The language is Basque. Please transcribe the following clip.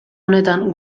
honetan